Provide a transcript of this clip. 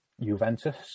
Juventus